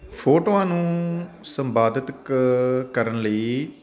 ਫੋਟੋਆਂ ਨੂੰ ਸੰਪਾਦਿਤ ਕ ਕਰਨ ਲਈ